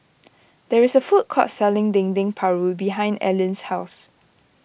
there is a food court selling Dendeng Paru behind Allean's house